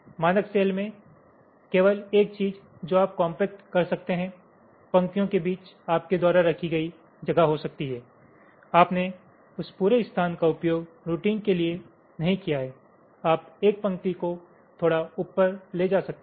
मानक सेल में केवल एक चीज जो आप कॉम्पैक्ट कर सकते हैं पंक्तियों के बीच आपके द्वारा रखी गई जगह हो सकती है आपने उस पूरे स्थान का उपयोग रूटिंग के लिए नहीं किया हैं आप 1 पंक्ति को थोड़ा ऊपर ले जा सकते हैं